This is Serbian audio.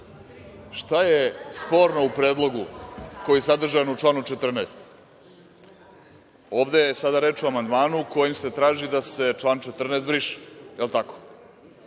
šta je sporno u predlogu koji je sadržan u članu 14? Ovde je sada reč o amandmanu kojim se traži da se član 14. briše. Jel tako?